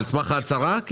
על סמך הצהרה?